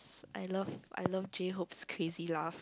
I love I love J-Hope's crazy laugh